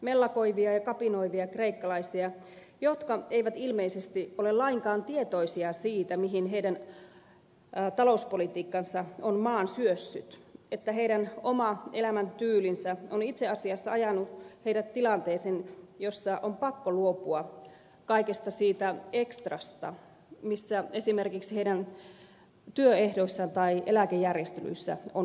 mellakoivia ja kapinoivia kreikkalaisia jotka eivät ilmeisesti ole lainkaan tietoisia siitä mihin heidän talouspolitiikkansa on maan syössyt että heidän oma elämäntyylinsä on itse asiassa ajanut heidät tilanteeseen jossa on pakko luopua kaikesta siitä ekstrasta mitä esimerkiksi heidän työehdoissaan tai eläkejärjestelyissään on ollut